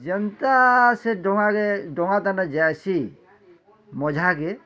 ଯେନ୍ତା ସେ ଡ଼ଙ୍ଗା କେ ଡ଼ଙ୍ଗା ତାନେ ଯାଏସିଁ ମଝାକେ